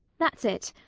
that's it.